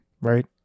Right